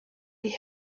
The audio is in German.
die